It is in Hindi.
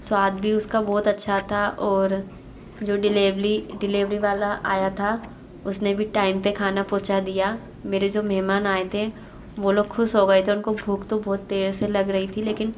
स्वाद भी उसका बहुत अच्छा था और जो डिलेवली डिलीवरी वाला आया था उस ने भी टाइम पर खाना पहुंचा दिया मेरे जो मेहमान आए थे वो लोग ख़ुश हो गए थे उनको भूक तो बहुत देर से लग रई थी लेकिन